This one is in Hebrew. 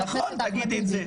נכון, תגידי את זה.